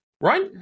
Right